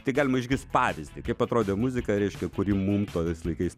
tai galima išgirst pavyzdį kaip atrodė muzika reiškia kuri mum tais laikais